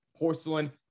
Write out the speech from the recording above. Porcelain